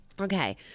Okay